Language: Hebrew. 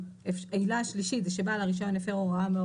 העילה השלישית זה שבעל הרישיון לפי ההוראה.